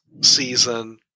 season